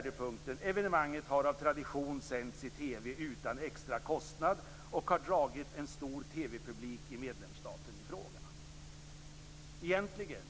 · Evenemanget har av tradition sänts i TV utan extra kostnad och har dragit en stor TV-publik till medlemsstaten i fråga.